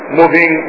moving